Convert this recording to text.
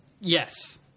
Yes